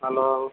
hello